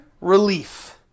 relief